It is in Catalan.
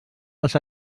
els